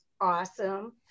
awesome